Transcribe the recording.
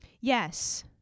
Yes